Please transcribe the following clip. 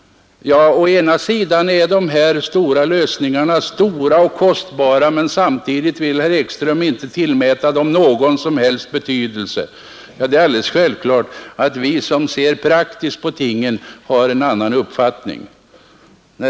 Å ena sidan är de här lösningarna stora och kostbara men å andra sidan vill herr Ekström inte tillmäta dem någon betydelse. Det är alldeles självklart att vi som ser praktiskt på tingen har en annan uppfattning.